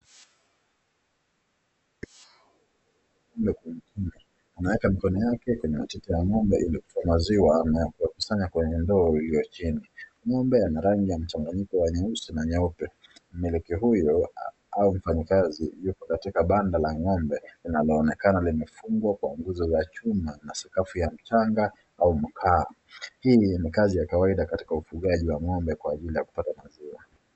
Anaweka mkono yake kwenye chuchu za ng'ombe ili kutoa maziwa na kuyakusanya kwenye ndoo iliyo chini. Ng'ombe ana rangi ya mchanganyiko wa nyeusi na nyeupe. Meweleke huyo au mfanyikazi yupo katika banda la ng'ombe linaloonekana limefungwa kwa nguzo za chuma na sakafu ya mchanga au makaa. Hii ni kazi ya kawaida katika ufugaji wa ng'ombe kwa ajili ya kupata maziwa.